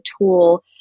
tool